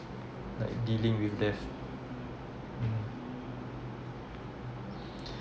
like dealing with death mm